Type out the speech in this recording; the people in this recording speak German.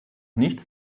nichts